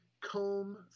comb